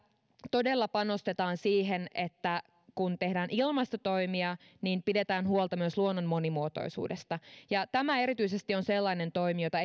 todella panostetaan siihen että kun tehdään ilmastotoimia niin pidetään huolta myös luonnon monimuotoisuudesta tämä erityisesti on sellainen toimi jota